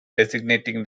designating